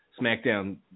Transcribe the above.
SmackDown